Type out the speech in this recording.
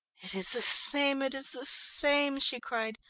it is the same, it is the same! she cried.